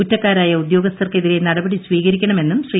കുറ്റക്കാരായ ഉദ്യോഗസ്ഥർക്ക് എതിരെ നടപടി സ്വീകരിക്കണമെന്നും ശ്രീ